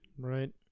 Right